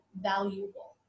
valuable